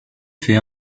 fait